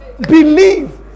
believe